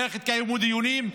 איך התקיימו דיונים,